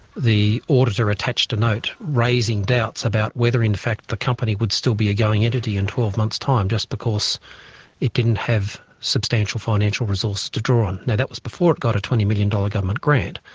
the auditor attached a note raising doubts about whether in fact the company would still be a going entity in twelve months' time, just because it didn't have substantial financial resources to draw on. now, that was before it got a twenty million dollars government grant,